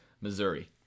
Missouri